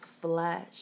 flesh